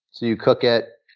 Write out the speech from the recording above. you cook it.